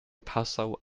passau